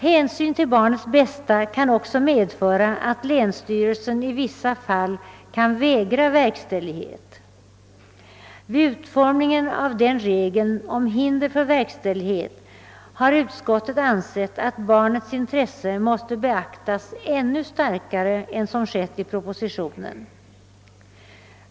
Hänsyn till barnets bästa kan också medföra att länsstyrelsen i vissa fall kan vägra verkställighet. Vid utformningen av denna regel om hinder för verkställighet har utskottet ansett att barnets intresse måste beaktas ännu starkare än som skett i propositionen.